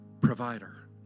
provider